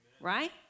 Right